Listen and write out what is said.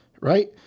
Right